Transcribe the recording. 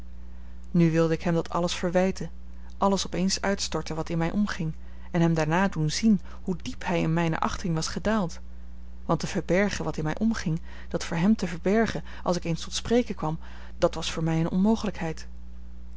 nu wilde ik hem dat alles verwijten alles op eens uitstorten wat in mij omging en hem daarna doen zien hoe diep hij in mijne achting was gedaald want te verbergen wat in mij omging dat voor hem te verbergen als ik eens tot spreken kwam dat was voor mij eene onmogelijkheid